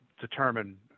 determine